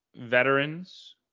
veterans